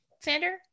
Sander